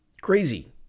Crazy